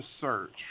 search